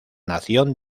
nación